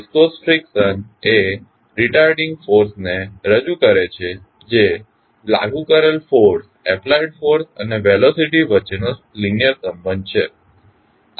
viscous friction એ retarding force ને રજૂ કરે છે જે લાગુ કરેલ ફોર્સ અને વેલોસીટી વચ્ચેનો લીનીઅર સંબંધ છે